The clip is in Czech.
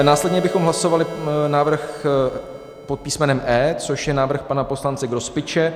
Následně bychom hlasovali návrh pod písmenem E, což je návrh pana poslance Grospiče.